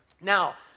Now